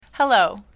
Hello